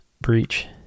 breach